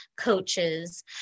coaches